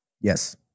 Yes